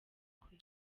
kwe